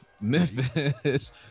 Memphis